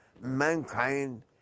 mankind